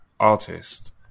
artist